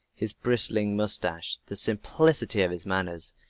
his bristling mustache, the simplicity of his manners,